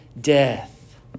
death